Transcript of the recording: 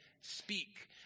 speak